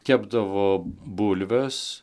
kepdavo bulves